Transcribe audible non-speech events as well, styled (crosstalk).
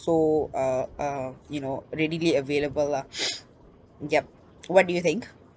so uh uh you know readily available lah (noise) yup what do you think